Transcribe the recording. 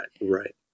Right